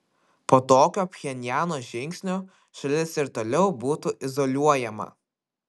po tokio pchenjano žingsnio šalis ir toliau būtų izoliuojama